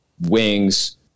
wings